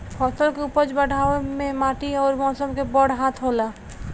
फसल के उपज बढ़ावे मे माटी अउर मौसम के बड़ हाथ होला